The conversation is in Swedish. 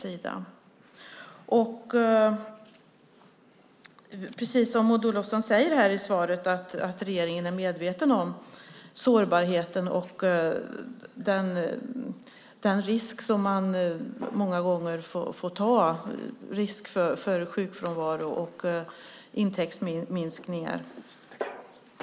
Maud Olofsson säger i svaret att regeringen är medveten om sårbarheten och den risk som företagaren många gånger får ta för sjukfrånvaro och intäktsminskningar.